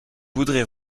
voudrais